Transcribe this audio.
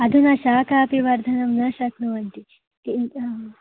अधुना शाखापि वर्धनं न शक्नुवन्ति किञ्च